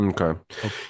Okay